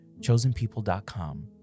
chosenpeople.com